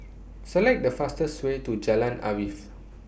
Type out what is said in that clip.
Select The fastest Way to Jalan Arif